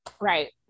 Right